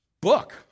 book